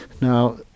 Now